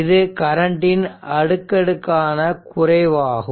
இது கரண்ட் ன் அடுக்கடுக்கான குறைவாகும்